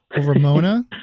Ramona